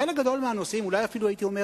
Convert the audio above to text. חלק גדול מהנושאים, אולי אפילו הייתי אומר